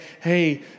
hey